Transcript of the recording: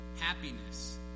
happiness